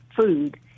food